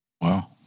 Wow